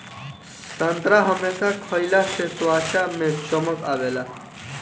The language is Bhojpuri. संतरा हमेशा खइला से त्वचा में चमक आवेला